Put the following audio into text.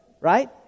right